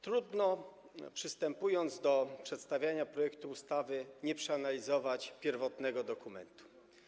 Trudno, przystępując do przedstawiania projektu ustawy, nie przeanalizować pierwotnego dokumentu.